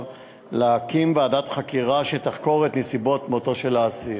להקים ועדת חקירה שתחקור את נסיבות מותו של אסיר.